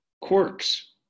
quirks